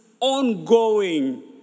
ongoing